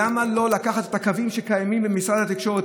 למה לא לקחת את הקווים הקיימים במשרד התקשורת,